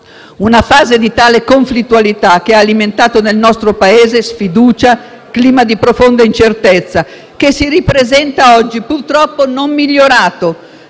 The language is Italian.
Una fase di tale conflittualità che ha alimentato nel nostro Paese sfiducia e clima di profonda incertezza: clima che si ripresenta oggi, purtroppo, non migliorato.